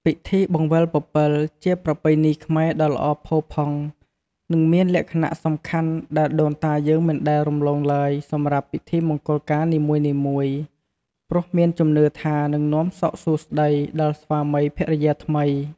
ពិធីបង្វិលពពិល ជាប្រពៃណីខ្មែរដ៏ល្អផូរផង់ និងមានលក្ខណៈសំខាន់ដែលដូនតាយើងមិនដែលរំលងឡើយសម្រាប់ ពិធីមង្គលការនីមួយៗ ព្រោះមានជំនឿថានឹងនាំសុខសួស្តី ដល់ស្វាមីភរិយាថ្មី ។